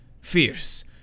fierce